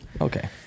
Okay